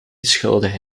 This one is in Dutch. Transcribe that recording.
schuldig